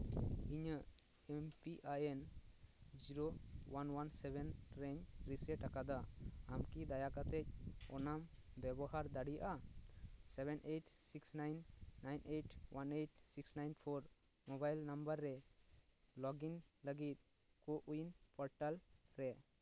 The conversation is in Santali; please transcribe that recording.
ᱤᱧᱟᱹᱜ M P I N zero one one seven ᱨᱮᱧ ᱨᱤᱥᱮᱴ ᱟᱠᱟᱫᱟ ᱟᱢ ᱠᱤ ᱫᱟᱭᱟ ᱠᱟᱛᱮᱫ ᱚᱱᱟᱢ ᱵᱮᱵᱚᱨᱟ ᱫᱟᱲᱮᱭᱟᱜᱼᱟ seven eight six nine nine eight one eight six nine four mobile number ᱨᱮ ᱞᱚᱜᱤᱱ ᱞᱟᱹᱜᱤᱫ ᱠᱳᱼᱩᱭᱤᱱ ᱯᱚᱨᱴᱟᱞ ᱨᱮ